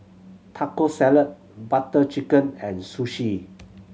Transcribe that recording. Taco Salad Butter Chicken and Sushi